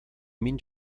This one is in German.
minh